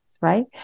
Right